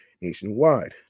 nationwide